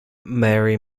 marie